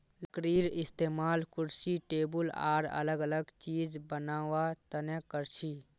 लकडीर इस्तेमाल कुर्सी टेबुल आर अलग अलग चिज बनावा तने करछी